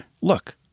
look